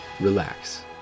relax